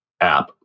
app